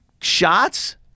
shots